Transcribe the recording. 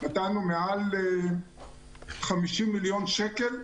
נתנו מעל 50 מיליון שקל,